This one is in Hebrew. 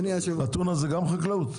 טונה זאת גם חקלאות?